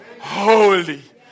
holy